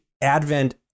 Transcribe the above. advent